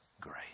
grace